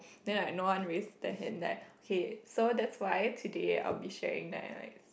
then like no one raise their hand then I okay so that's why today I will be sharing that I like